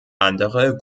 andere